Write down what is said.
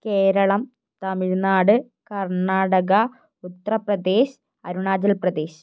Keralam Tamil Nadu Karnataka Uttar Pradesh Arunachal Pradesh